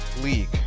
league